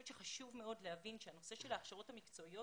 שחשוב מאוד להבין שהנושא של ההכשרות המקצועיות